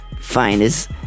finest